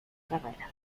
carrera